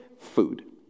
food